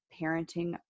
parenting